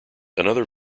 another